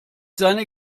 seine